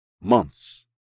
months